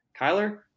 Kyler